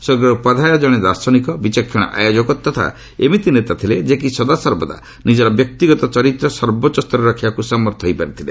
ସ୍ୱର୍ଗତ ଉପାଧ୍ୟାୟ ଜଣେ ଦାର୍ଶନିକ ବିଚକ୍ଷଣ ଆୟୋଜକ ତଥା ଏମିତି ନେତାଥିଲେ ଯେ କି ସଦାସର୍ବଦା ନିଜର ବ୍ୟକ୍ତିଗତ ଚରିତ୍ର ସର୍ବୋଚ୍ଚ ସ୍ତରରେ ରଖିବାକୁ ସମର୍ଥ ହୋଇଥିଲେ